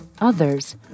others